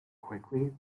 quickly